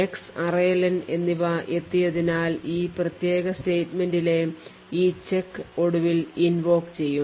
X array len എന്നിവ എത്തിയതിനാൽ ഈ പ്രത്യേക statement ലെ ഈ check ഒടുവിൽ invoke ചെയ്യും